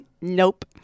Nope